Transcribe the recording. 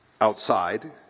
outside